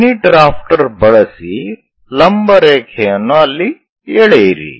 mini drafter ಬಳಸಿ ಲಂಬ ರೇಖೆಯನ್ನು ಅಲ್ಲಿ ಎಳೆಯಿರಿ